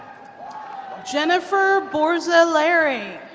jennifer borzilleri.